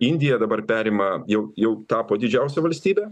indija dabar perima jau jau tapo didžiausia valstybe